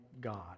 God